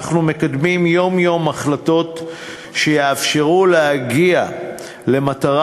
אנחנו מקדמים יום-יום החלטות שיאפשרו להגיע למטרה